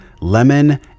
lemon